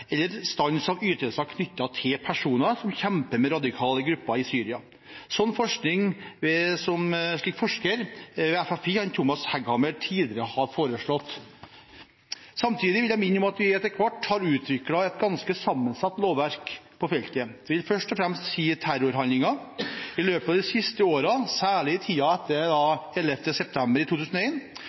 eller om stans av ytelser knyttet til personer som kjemper med radikale grupper i Syria, slik forsker ved FFI, Thomas Hegghammer, tidligere har framsatt. Samtidig vil jeg minne om at vi etter hvert har utviklet et ganske sammensatt lovverk på feltet, det vil først og fremst si terrorhandlinger, i løpet av de siste årene, særlig i tiden etter 11. september 2001. Også under den forrige regjeringen ble det